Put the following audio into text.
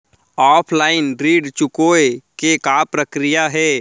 Offline ऋण चुकोय के का प्रक्रिया हे?